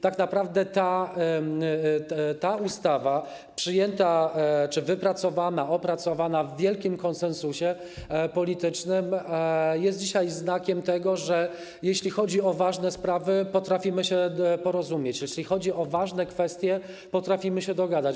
Tak naprawdę ta ustawa, przyjęta czy wypracowana, opracowana w wielkim konsensusie politycznym, jest dzisiaj znakiem tego, że jeśli chodzi o ważne sprawy, potrafimy się porozumieć, jeśli chodzi o ważne kwestie, potrafimy się dogadać.